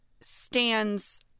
stands